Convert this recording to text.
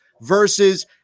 versus